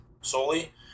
solely